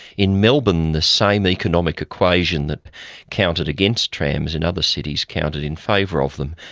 in melbourne, the same economic equation that counted against trams in other cities, counted in favour of them.